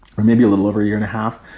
or maybe a little over a year and a half,